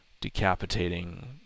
decapitating